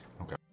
Okay